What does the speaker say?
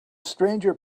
stranger